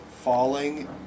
falling